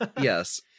yes